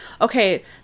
okay